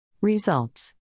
Results